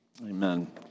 Amen